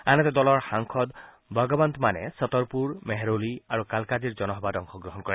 আনহাতে দলৰ সাংসদ ভগৱন্ত মানে চটৰপুৰ মেহৰলি আৰু কালকাজিৰ জনসভাত অংশগ্ৰহণ কৰে